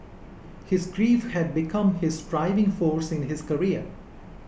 his grief had become his driving force in his career